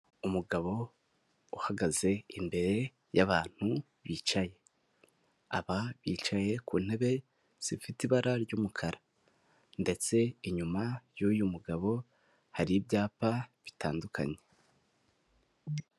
Umugabo uhagaze imbere y'abantu bicaye, aba bicaye ku ntebe zifite ibara ry'umukara ndetse inyuma y'uyu mugabo hari ibyapa bitandukanye.